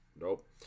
Nope